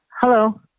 Hello